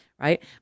right